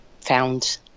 found